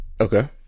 Okay